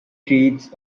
treats